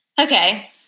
Okay